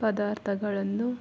ಪದಾರ್ಥಗಳನ್ನು